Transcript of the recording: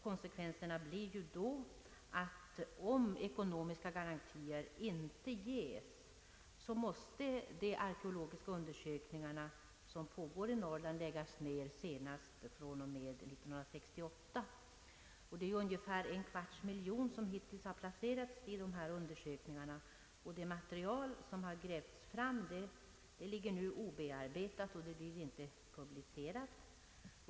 Konsekvenserna blir då att om ekonomiska garantier inte ges, måste de arkeologiska undersökningar som pågår i Norrland läggas ner, senast från och med 1968. Ungefär en kvarts miljon kronor har hittills placerats i dessa undersökningar. Det material som grävts fram ligger nu obearbetat och blir ej publicerat.